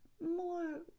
more